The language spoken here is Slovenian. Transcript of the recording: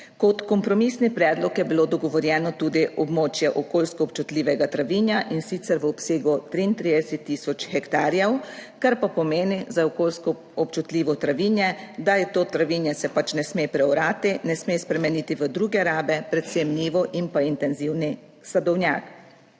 Kot kompromisni predlog je bilo dogovorjeno tudi območje okoljsko občutljivega travinja, in sicer v obsegu 33 tisoč hektarjev, kar pa pomeni za okoljsko občutljivo travinje, da je to travinje, se ne sme preorati, ne sme spremeniti v druge rabe, predvsem njivo in pa intenzivni sadovnjak.